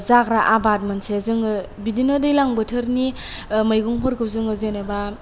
जाग्रा आबाद मोनसे जोङो बिदिनो दैलां बोथोरनि मैगंफोरखौ जोङो जेनोबा